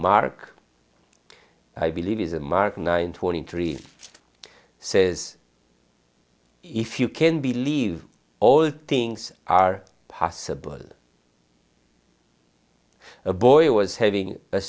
mark i believe is a mark nine twenty three says if you can believe all things are possible a boy was having a